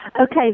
Okay